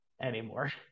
anymore